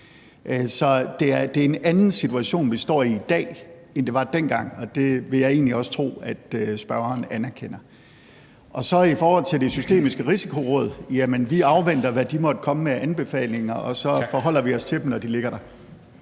Så det er en anden situation, vi står i i dag, end det var dengang, og det vil jeg egentlig også tro spørgeren anerkender. Så i forhold til Det Systemiske Risikoråd: Jamen vi afventer, hvad de måtte komme med af anbefalinger, og så forholder vi os til dem, når de ligger der.